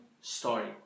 story